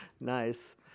Nice